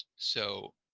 so